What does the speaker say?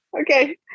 Okay